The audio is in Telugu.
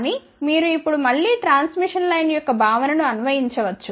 కానీ మీరు ఇప్పుడు మళ్ళీ ట్రాన్స్మిషన్ లైన్ యొక్క భావనను అన్వయించవచ్చు